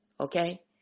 Okay